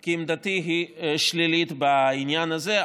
כי עמדתי היא שלילית בעניין הזה.